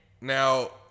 Now